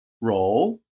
role